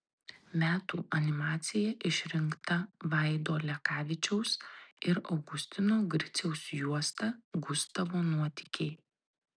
metų animacija išrinkta vaido lekavičiaus ir augustino griciaus juosta gustavo nuotykiai